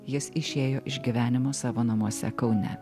jis išėjo iš gyvenimo savo namuose kaune